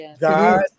God